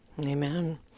amen